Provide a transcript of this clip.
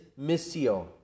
missio